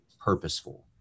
purposeful